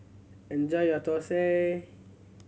enjoy your thosai